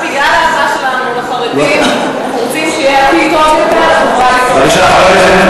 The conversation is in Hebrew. אנחנו לא שונאים, אדוני היושב-ראש, חרדים.